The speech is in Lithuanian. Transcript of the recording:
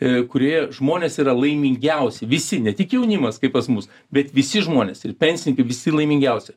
a kurie žmonės yra laimingiausi visi ne tik jaunimas kaip pas mus bet visi žmonės ir pensininkai visi laimingiausi